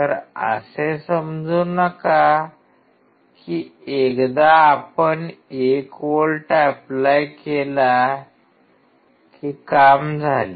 तर असे समजू नका की एकदा आपण १ व्होल्ट ऎप्लाय कि काम झाले